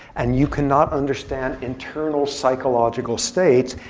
and you cannot understand internal psychological states,